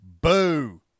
Boo